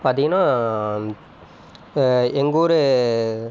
பார்த்தீங்கன்னா எங்கள் ஊர்